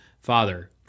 father